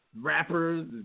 rappers